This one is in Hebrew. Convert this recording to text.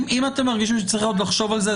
אם אתם מרגישים שצריך עוד לחשוב על זה,